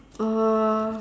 uh